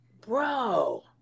bro